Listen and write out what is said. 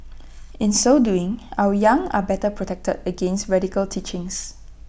in so doing our young are better protected against radical teachings